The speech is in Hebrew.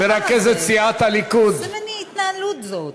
איזה מין התנהלות זו?